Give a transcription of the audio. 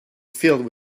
filled